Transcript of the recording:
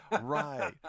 Right